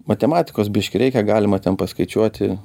matematikos biškį reikia galima ten paskaičiuoti